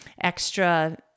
extra